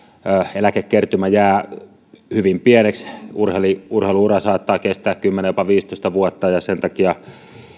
eläkekertymä jää hyvin pieneksi urheilu ura saattaa kestää kymmenen jopa viisitoista vuotta ja sen takia